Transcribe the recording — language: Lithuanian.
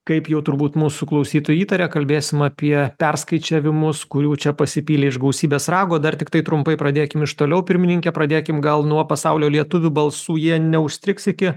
kaip jau turbūt mūsų klausytojai įtaria kalbėsim apie perskaičiavimus kurių čia pasipylė iš gausybės rago dar tiktai trumpai pradėkim iš toliau pirmininke pradėkim gal nuo pasaulio lietuvių balsų jie neužstrigs iki